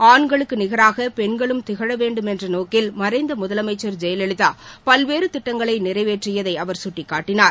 ஆண்களுக்கு நிகராக பெண்களும் திகழ வேண்டுமென்ற நோக்கில் மறைந்த முதலமைச்சர் ஜெயலலிதா பல்வேறு திட்டங்களை நிறைவேற்றியதை அவர் சுட்டிக்காட்டினார்